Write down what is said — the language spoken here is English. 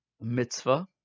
mitzvah